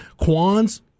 Quan's